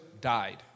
died